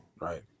Right